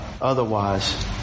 otherwise